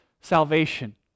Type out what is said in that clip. salvation